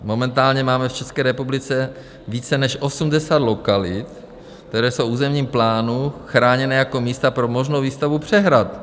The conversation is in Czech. Momentálně máme v České republice více než osmdesát lokalit, které jsou v územním plánu chráněné jako místa pro možnou výstavu přehrad.